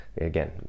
Again